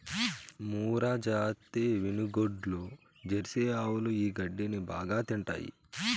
మూర్రాజాతి వినుగోడ్లు, జెర్సీ ఆవులు ఈ గడ్డిని బాగా తింటాయి